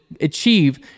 achieve